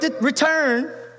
return